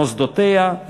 מוסדותיה,